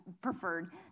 preferred